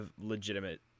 legitimate